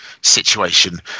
situation